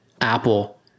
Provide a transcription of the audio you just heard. Apple